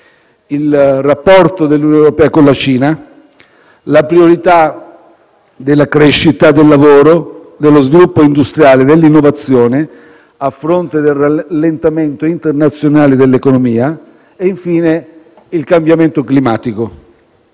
il rapporto dell'Unione europea con la Cina, la priorità della crescita, del lavoro, dello sviluppo industriale e dell'innovazione, a fronte del rallentamento internazionale dell'economia e, infine, il cambiamento climatico.